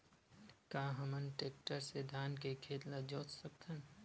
का हमन टेक्टर से धान के खेत ल जोत सकथन?